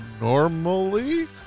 normally